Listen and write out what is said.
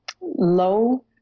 low